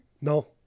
no